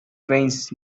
drains